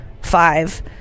Five